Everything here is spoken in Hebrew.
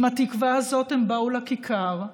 עם התקווה הזאת הם באו לכיכר,